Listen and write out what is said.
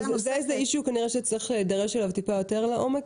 זה נושא שכנראה צריך להידרש אליו טיפה יותר לעומק,